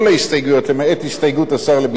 למעט ההסתייגות של השר לביטחון פנים,